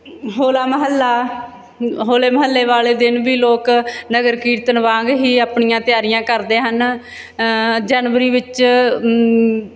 ਹੋਲਾ ਮਹੱਲਾ ਹੋਲੇ ਮਹੱਲੇ ਵਾਲੇ ਦਿਨ ਵੀ ਲੋਕ ਨਗਰ ਕੀਰਤਨ ਵਾਂਗ ਹੀ ਆਪਣੀਆਂ ਤਿਆਰੀਆਂ ਕਰਦੇ ਹਨ ਜਨਵਰੀ ਵਿੱਚ